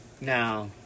Now